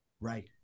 Right